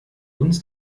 uns